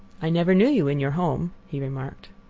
i never knew you in your home, he remarked.